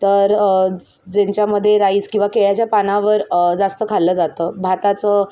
तर ज्यांच्यामदे राईस किंवा केळ्याच्या पानावर जास्त खाल्लं जातं भाताचं